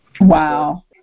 Wow